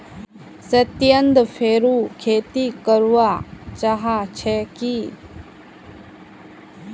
सत्येंद्र फेरो खेती करवा चाह छे की